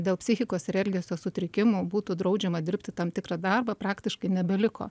dėl psichikos ir elgesio sutrikimų būtų draudžiama dirbti tam tikrą darbą praktiškai nebeliko